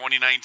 2019